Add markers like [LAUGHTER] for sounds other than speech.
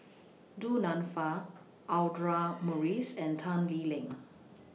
[NOISE] Du Nanfa Audra Morrice and Tan Lee Leng